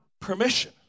permission